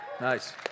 Nice